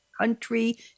country